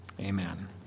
Amen